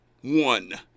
one